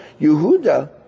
Yehuda